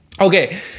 Okay